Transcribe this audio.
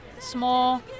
small